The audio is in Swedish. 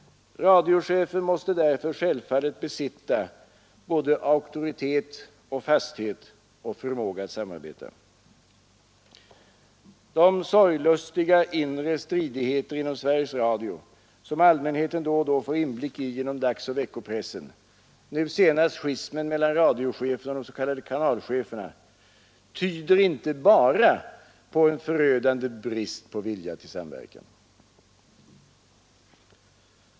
Radiochefen måste därför självfallet besitta såväl auktoritet och fasthet som förmåga att samarbeta. De sorglustiga inre stridigheter inom Sveriges Radio som allmänheten då och då får inblick i genom dagsoch veckopressen, nu senast schismen mellan radiochefen och de s.k. kanalcheferna, tyder inte bara på en förödande brist på vilja till samverkan.